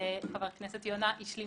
וחבר הכנסת יונה השלים